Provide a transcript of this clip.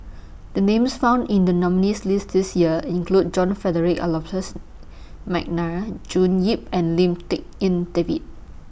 The Names found in The nominees' list This Year include John Frederick Adolphus Mcnair June Yap and Lim Tik En David